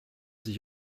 sich